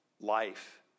life